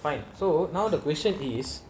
fight so now the question is